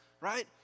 right